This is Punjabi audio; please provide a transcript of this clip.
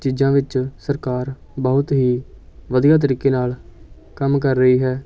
ਚੀਜ਼ਾਂ ਵਿੱਚ ਸਰਕਾਰ ਬਹੁਤ ਹੀ ਵਧੀਆ ਤਰੀਕੇ ਨਾਲ ਕੰਮ ਕਰ ਰਹੀ ਹੈ